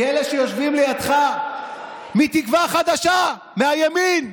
כי אלה שיושבים לידך מתקווה חדשה מהימין,